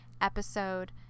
episode